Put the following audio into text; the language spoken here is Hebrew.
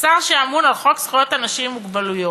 השר שאמון על חוק שוויון זכויות לאנשים עם מוגבלות,